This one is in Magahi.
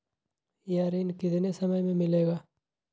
यह ऋण कितने समय मे मिलेगा?